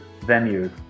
venues